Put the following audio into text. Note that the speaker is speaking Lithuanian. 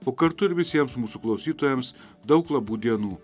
o kartu ir visiems mūsų klausytojams daug labų dienų